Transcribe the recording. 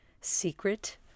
secret